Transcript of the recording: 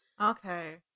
Okay